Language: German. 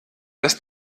dass